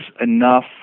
enough